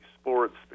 sports